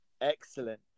Excellent